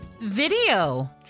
Video